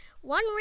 One